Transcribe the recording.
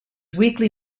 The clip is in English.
weekly